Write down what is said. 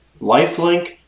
Lifelink